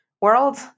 world